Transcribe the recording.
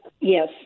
Yes